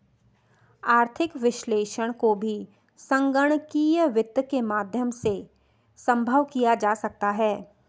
आर्थिक विश्लेषण को भी संगणकीय वित्त के माध्यम से सम्भव किया जा सकता है